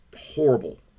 horrible